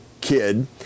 kid